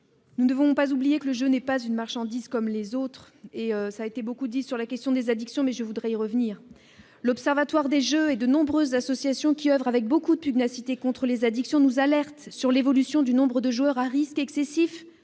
Nous ne devons cependant pas oublier que le jeu n'est pas une marchandise comme les autres. Je veux revenir à mon tour sur la question des addictions. L'Observatoire des jeux et de nombreuses associations qui oeuvrent avec beaucoup de pugnacité contre les addictions nous alertent sur l'évolution du nombre de joueurs à risque excessif-